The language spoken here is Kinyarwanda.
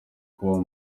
kubaho